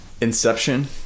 Inception